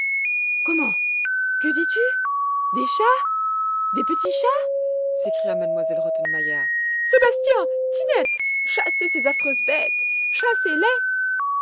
comment que dis-tu des chats des petits chats s'écria m elle rottenmeier sébastien tinette cherchez ces affreuses bêtes chassez les